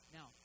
Now